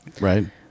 Right